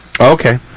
Okay